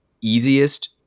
easiest